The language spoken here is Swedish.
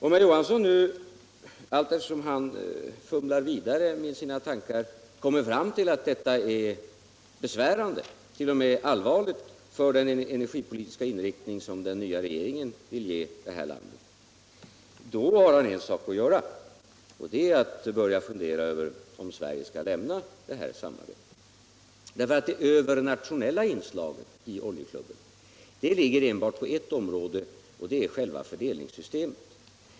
Om herr Johansson nu, allteftersom han fumlar vidare med sina tankar, kommer fram till att detta är besvärande, t.o.m. allvarligt för den energipolitiska inriktning som den nya regeringen vill ge landet, då har han en sak att göra, nämligen att börja fundera över om Sverige skall lämna detta samarbete. Det övernationella inslaget i Oljeklubben ligger enbart på ett område, och det är själva fördelningssystemet.